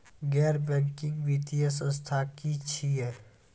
गैर बैंकिंग वित्तीय संस्था की छियै?